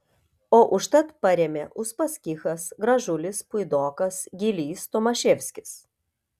o užtat parėmė uspaskichas gražulis puidokas gylys tomaševskis